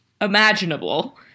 imaginable